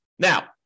Now